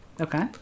Okay